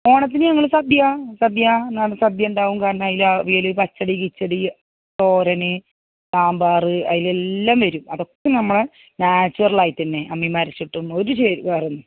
ഓണത്തിന് ഞങ്ങൾ സദ്യ സദ്യ നാടൻ സദ്യയുണ്ടാകും കാരണം അതിൽ അവിയൽ പച്ചടി കിച്ചടി തോരൻ സാമ്പാർ അതിലെല്ലാം വരും അതൊക്കെ നമ്മുടെ നാച്ചുറലായിട്ട് തന്നെ അമ്മീമ്മേ അരച്ചിട്ടും ഒരു ചേരുവ വേറൊന്നും